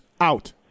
out